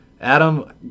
adam